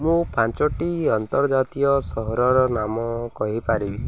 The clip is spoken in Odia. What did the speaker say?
ମୁଁ ପାଞ୍ଚଟି ଅନ୍ତର୍ଜାତୀୟ ସହରର ନାମ କହିପାରିବି